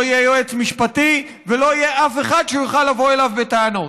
יהיה יועץ משפטי ולא יהיה אף אחד שיוכל לבוא אליו בטענות.